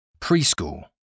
preschool